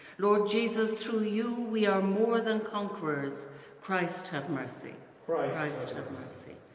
lord jesus through you we are more than conquerors christ have mercy christ have mercy.